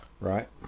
Right